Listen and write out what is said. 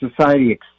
society